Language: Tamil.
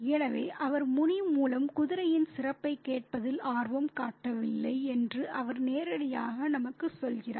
எனவே அவர் முனி மூலம் குதிரையின் சிறப்பைக் கேட்பதில் ஆர்வம் காட்டவில்லை என்று அவர் நேரடியாக நமக்குச் சொல்கிறார்